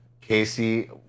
Casey